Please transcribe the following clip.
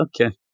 okay